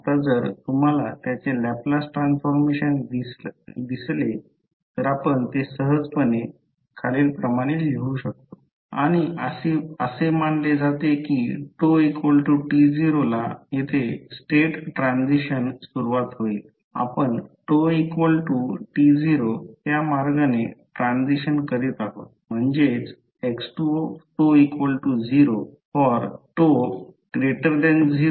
आता जर तुम्हाला त्याचे लॅपलास ट्रान्सफॉर्मेशन दिसले तर आपण ते सहजपणे लिहू शकतो X1sX2s L0t0x2dτx1t0s आणि असे मानले जाते की τt0 ला येथे स्टेट ट्रान्सिशन सुरुवात होईल आपण τt0 त्या मार्गाने ट्रान्सिशन करीत आहोत म्हणजेच x20for0τt0